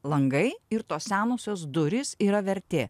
langai ir tos senosios durys yra vertė